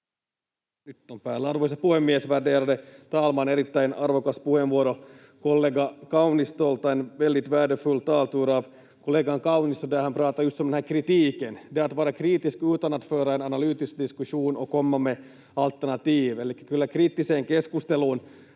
Strand. Arvoisa puhemies, värderade talman! Erittäin arvokas puheenvuoro kollega Kaunistolta. En väldigt värdefull taltur av kollegan Kaunisto där han pratade just om den här kritiken, det att vara kritisk utan att föra en analytisk diskussion och komma med alternativ. Elikkä kyllä kriittiseen keskusteluun